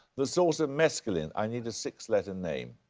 the source of mescaline? i need a six letter name.